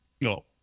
No